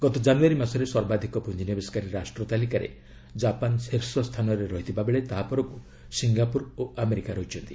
ଗତ ଜାନୁଆରୀ ମାସରେ ସର୍ବାଧିକ ପୁଞ୍ଜିନିବେଶକାରୀ ରାଷ୍ଟ୍ର ତାଲିକାରେ ଜାପାନ୍ ଶୀର୍ଷ ସ୍ଥାନରେ ରହିଥିବା ବେଳେ ତାହାପରକୁ ସିଙ୍ଗାପୁର ଓ ଆମେରିକା ରହିଛନ୍ତି